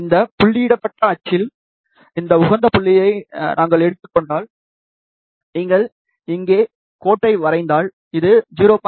இந்த புள்ளியிடப்பட்ட அச்சில் இந்த உகந்த புள்ளியை நாங்கள் எடுத்துக் கொண்டால் நீங்கள் இங்கே கோட்டை வரைந்தால் இது 0